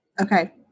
Okay